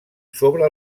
sobre